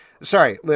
Sorry